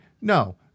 No